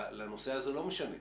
לנוסע זה לא משנה.